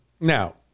now